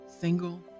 single